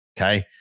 Okay